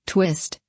Twist